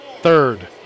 Third